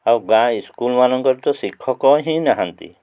ଆଉ ଗାଁ ସ୍କୁଲ୍ ମାନଙ୍କରେ ତ ଶିକ୍ଷକ ହିଁ ନାହାନ୍ତି